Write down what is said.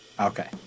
Okay